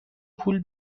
پول